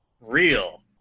real